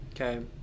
Okay